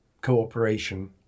cooperation